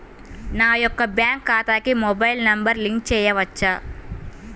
నా యొక్క బ్యాంక్ ఖాతాకి మొబైల్ నంబర్ లింక్ చేయవచ్చా?